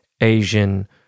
Asian